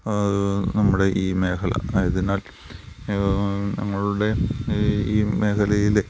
നമ്മുടെ ഈ മേഖല ആയതിനാൽ ഞങ്ങളുടെ ഈ മേഖലയിലെ